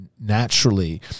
naturally